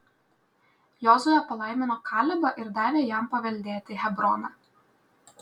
jozuė palaimino kalebą ir davė jam paveldėti hebroną